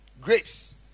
Grapes